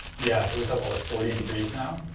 yeah, cause its up what, like forty degrees now?